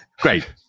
Great